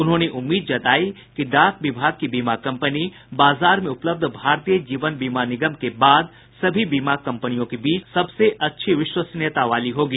उन्होंने उम्मीद जतायी कि डाक विभाग की बीमा कंपनी बाजार में उपलब्ध भारतीय जीवन बीमा निगम के बाद सभी बीमा कंपनियों के बीच सबसे अच्छी विश्वसनीयता वाली होगी